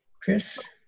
Chris